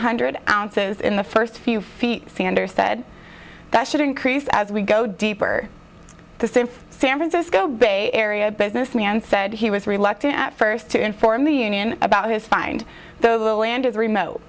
ounces in the first few feet sanders said that should increase as we go deeper the san francisco bay area businessman said he was reluctant at first to inform the union about his find the land is remote